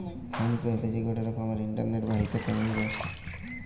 phone pay হতিছে গটে রকমের ইন্টারনেট বাহিত পেমেন্ট ব্যবস্থা